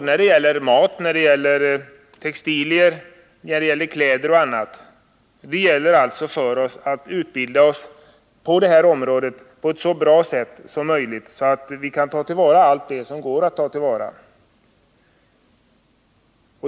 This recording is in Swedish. när det gäller mat, textilier, kläder och annat. Det gäller för oss att utbilda oss på detta område och detta på ett så bra sätt som möjligt, så att vi kan ta till vara allt det som går att ta till vara.